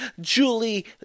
Julie